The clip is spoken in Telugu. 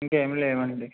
ఇంకేం లేవండి